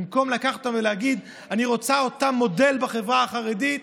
במקום לקחת אותן ולהגיד: אני רוצה אותן מודל בחברה החרדית,